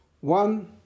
one